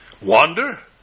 Wander